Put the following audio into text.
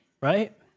Right